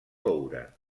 coure